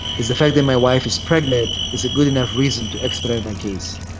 is the fact that my wife is pregnant, is it good enough reason to expedite my case?